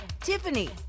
Tiffany